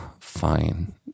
fine